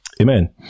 Amen